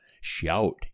Shout